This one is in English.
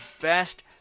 best